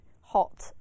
hot